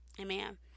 Amen